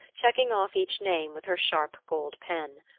checking off each name with her sharp gold pen.